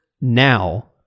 now